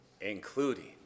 Including